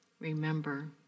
Remember